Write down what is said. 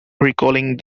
recalling